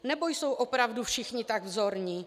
Nebo jsou opravdu všichni tak vzorní?